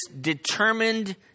determined